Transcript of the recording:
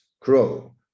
Crow